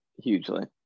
hugely